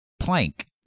plank